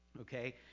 okay